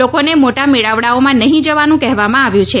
લોકોને મોટા મેળાવડાઓમાં નહીં જવાનું કહેવામાં આવ્યું છે